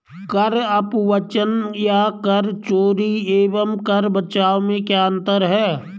कर अपवंचन या कर चोरी एवं कर बचाव में क्या अंतर है?